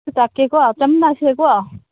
ꯆꯠꯃꯤꯟꯅꯁꯦꯀꯣ